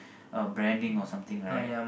uh branding or something right